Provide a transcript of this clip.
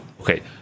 okay